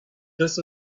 this